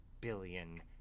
billion